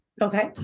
Okay